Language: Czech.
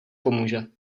pomůže